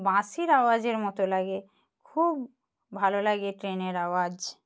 বাঁশির আওয়াজের মতো লাগে খুব ভালো লাগে ট্রেনের আওয়াজ